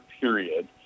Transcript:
period